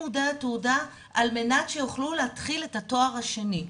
לימודי התעודה על-מנת שיוכלו להתחיל את התואר השני.